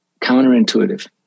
counterintuitive